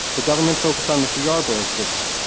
the government focused on mr. yarborough's statement.